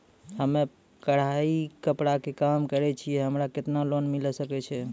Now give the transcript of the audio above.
हम्मे कढ़ाई कपड़ा के काम करे छियै, हमरा केतना लोन मिले सकते?